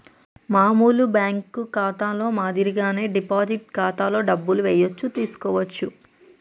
మామూలు బ్యేంకు ఖాతాలో మాదిరిగానే డిపాజిట్ ఖాతాలో డబ్బులు ఏయచ్చు తీసుకోవచ్చు